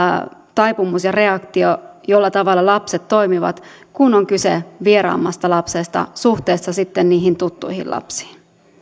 taipumus ja reaktio tapa jolla lapset toimivat kun on kyse vieraammasta lapsesta suhteessa sitten niihin tuttuihin lapsiin